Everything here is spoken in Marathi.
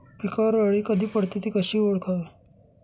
पिकावर अळी कधी पडते, ति कशी ओळखावी?